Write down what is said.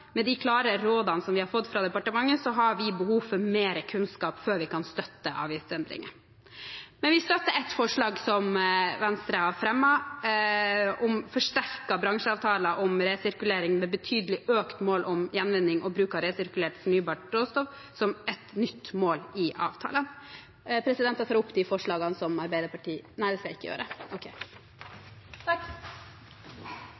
med de klare rådene som vi har fått fra departementet, har vi behov for mer kunnskap før vi kan støtte avgiftsendringer. Men vi støtter ett forslag som Venstre har fremmet, om «forsterkede bransjeavtaler om resirkulering, med betydelig økt mål om gjenvinning og bruk av resirkulert og fornybart råstoff som et nytt mål i